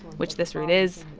which this root is,